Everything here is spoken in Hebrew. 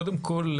קודם כול,